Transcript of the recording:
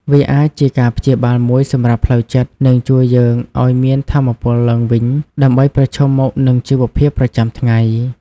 វាអាចជាការព្យាបាលមួយសម្រាប់ផ្លូវចិត្ត និងជួយយើងឲ្យមានថាមពលឡើងវិញដើម្បីប្រឈមមុខនឹងជីវភាពប្រចាំថ្ងៃ។